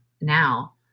now